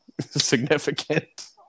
significant